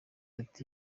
ati